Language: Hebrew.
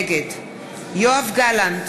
נגד יואב גלנט,